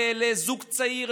לזוג צעיר,